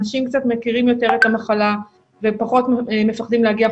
אנשים מכירים יותר את המחלה, ופחות מפחדים להגיע.